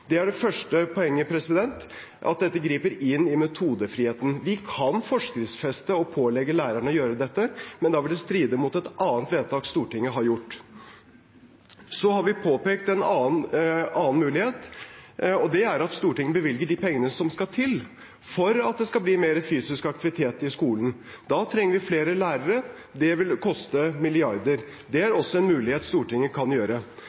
Det er det første poenget: Dette griper inn i metodefriheten. Vi kan forskriftsfeste og pålegge lærerne å gjøre dette, men det ville stride mot et annet vedtak Stortinget har gjort. Så har vi påpekt en annen mulighet, og det er at Stortinget bevilger de pengene som skal til for at det skal bli mer fysisk aktivitet i skolen. Da trenger vi flere lærere. Det vil koste milliarder. Det er også en mulighet Stortinget kan